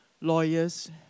lawyers